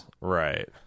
Right